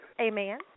Amen